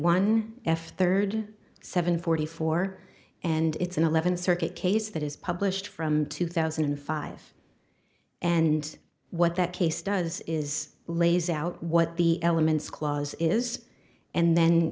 one f third seven forty four and it's an eleventh circuit case that is published from two thousand and five and what that case does is lays out what the elements clause is and then